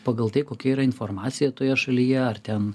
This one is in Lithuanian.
pagal tai kokia yra informacija toje šalyje ar ten